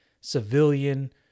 civilian